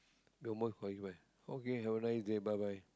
call you where how can you have a nice day bye bye